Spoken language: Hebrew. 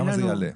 כמה זה יעלה?